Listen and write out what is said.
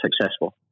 successful